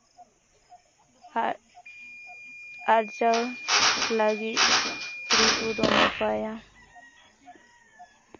ᱟᱨ ᱟᱨᱡᱟᱣ ᱞᱟᱹᱜᱤᱫ ᱨᱤᱛᱩ ᱫᱚ ᱱᱟᱯᱟᱭᱟ